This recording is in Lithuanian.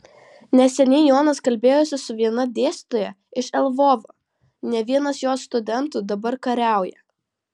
neseniai jonas kalbėjosi su viena dėstytoja iš lvovo ne vienas jos studentų dabar kariauja